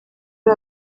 ari